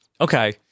Okay